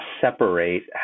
separate